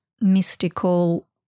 mystical